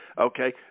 okay